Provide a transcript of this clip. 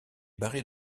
barré